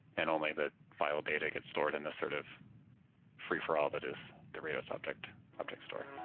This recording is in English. and only that file data gets stored in this sort of free-for-all that is the rados object object store